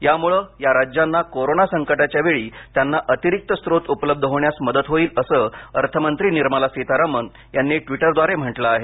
यामुळे या राज्यांना कोरोना संकटाच्या वेळी त्यांना अतिरिक्त स्त्रोत उपलब्ध होण्यास मदत होईल असं अर्थमंत्री निर्मला सीतारामन यांनी ट्विटरद्वारे म्हटलं आहे